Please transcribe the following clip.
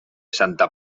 santa